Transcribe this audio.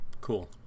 Cool